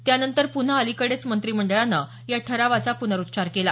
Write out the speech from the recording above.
त्यांनंतर पुन्हा अलीकडेच मंत्रिमंडळानं या ठरावाचा पुनरुच्चार केला